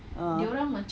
ah